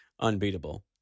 unbeatable